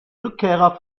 rückkehrer